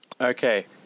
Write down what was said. Okay